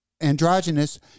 androgynous